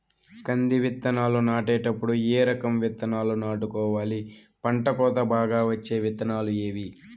కంది విత్తనాలు నాటేటప్పుడు ఏ రకం విత్తనాలు నాటుకోవాలి, పంట కోత బాగా వచ్చే విత్తనాలు ఏవీ?